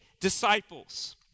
disciples